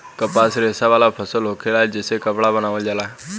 कपास रेशा वाला फसल होखेला जे से कपड़ा बनावल जाला